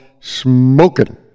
Smokin